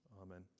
Amen